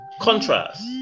contrast